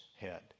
head